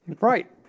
Right